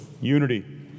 unity